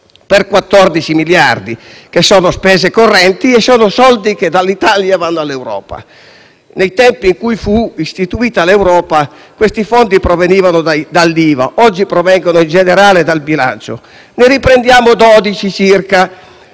per 14 miliardi, che sono spese correnti e soldi che dall'Italia vanno all'Europa. Ai tempi in cui essa fu istituita, questi fondi provenivano dall'IVA, oggi provengono in generale dal bilancio. Ne riprendiamo 12 circa,